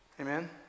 Amen